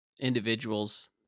individuals